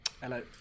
Hello